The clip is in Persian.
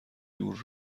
دور